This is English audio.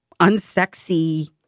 unsexy